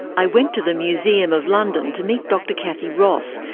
i went to the museum of london to meet dr cathy ross,